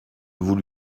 vous